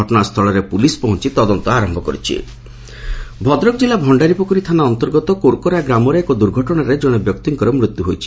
ଘଟଣା ସ୍କୁଳରେ ପୁଲିସ୍ ପହଞି ତଦନ୍ତ ଆର ଦୁର୍ଘଟଣା ଭଦ୍ରକ ଭଦ୍ରକ ଜିଲ୍ଲା ଭଶ୍ତାରିପୋଖରୀ ଥାନା ଅନ୍ତର୍ଗତ କୋରକୋରା ଗ୍ରାମରେ ଏକ ଦୁର୍ଘଟଶାରେ ଜଣେ ବ୍ୟକ୍ତିଙ୍କର ମୃତ୍ଧୁ ହୋଇଛି